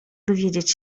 dowiedzieć